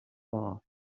barre